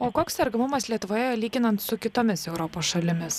o koks sergamumas lietuvoje lyginant su kitomis europos šalimis